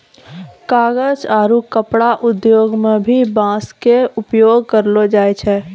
कागज आरो कपड़ा उद्योग मं भी बांस के उपयोग करलो जाय छै